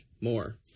more